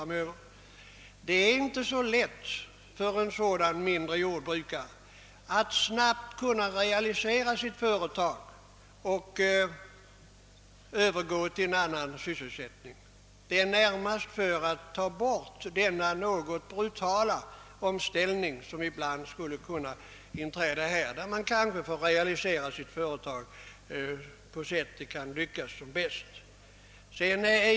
Men det är inte så lätt för en sådan mindre jordbrukare att snabbt realisera sitt företag och övergå till annan sysselsättning. Avsikten är närmast att undvika den något brutala omställning som ibland skulle bli följden när vederbörande måste realisera sitt företag så gott det går.